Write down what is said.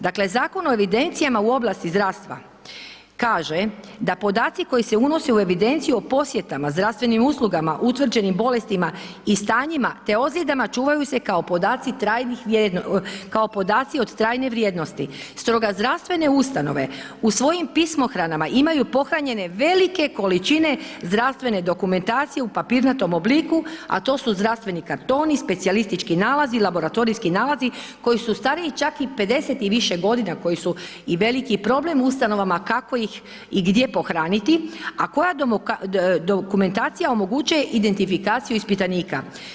Dakle, Zakon o evidencijama u oblasti zdravstva kaže da podaci koji se unose u evidenciju o posjetama, zdravstvenim uslugama, utvrđenim bolestima i stanjima te ozljedama čuvaju se kao podaci trajnih, kao podaci od trajne vrijednosti, stoga zdravstvene ustanove u svojim pismohranama imaju pohranjene velike količine zdravstvene dokumentacije u papirnatom obliku, a to su zdravstveni kartoni, specijalistički nalazi, laboratorijski nalazi koji su stariji čak i 50 i više godina, koji su i veliki problem ustanovama kako ih i gdje pohraniti, a koja dokumentacija omogućuje identifikaciju ispitanika.